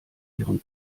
ihren